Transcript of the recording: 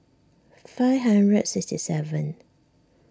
five hundred sixty seven